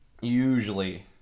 usually